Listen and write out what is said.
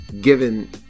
given